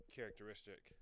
characteristic